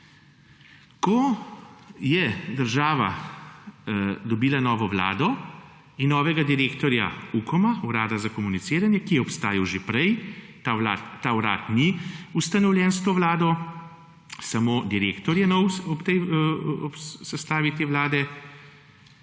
Ko je država dobila novo Vlado in novega direktorja UKOM (Urada za komuniciranje), ki je obstajal že prej ta urad ni ustanovljen s to Vlado samo direktor je nov ob sestavi te Vlade